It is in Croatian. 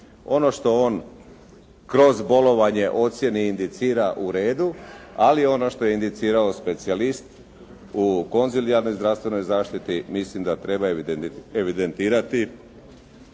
Ono što on kroz bolovanje ocijeni i indicira u redu, ali ono što je indicirao specijalist u konzilijarnoj zdravstvenoj zaštiti mislim da treba evidentirati